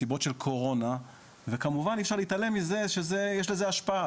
מסיבות של קורונה וכמובן אי אפשר להתעלם מזה שיש לזה השפעה,